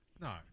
no